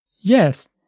Yes